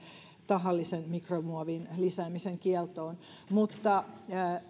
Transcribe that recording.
tahallisen mikromuovin lisäämisen kieltoon